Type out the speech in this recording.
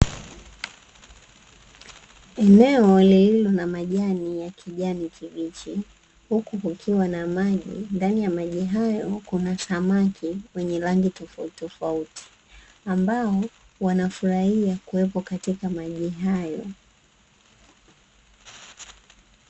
Eneo lililo na majani ya kijani kibichi huku kukiwa na maji, ndani ya maji hayo kuna samaki wenye rangi tofautitofauti ambao wanafurahia kuwekwa katika maji hayo.